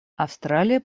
австралия